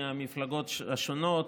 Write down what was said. ממפלגות שונות,